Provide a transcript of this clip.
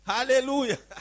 Hallelujah